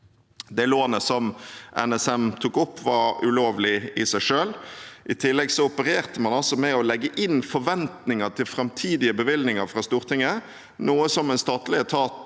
Det lånet NSM tok opp, var ulovlig i seg selv. I tillegg opererte man altså med å legge inn forventninger til framtidige bevilgninger fra Stortinget, noe en statlig etat